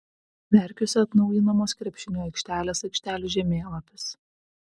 verkiuose atnaujinamos krepšinio aikštelės aikštelių žemėlapis